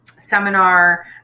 seminar